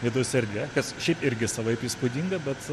vidaus erdvė kas šiaip irgi savaip įspūdinga bet